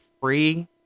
free